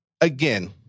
again